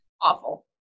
Awful